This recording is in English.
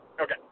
Okay